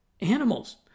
animals